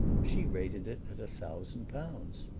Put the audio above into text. she rated it at a thousand pounds.